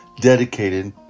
dedicated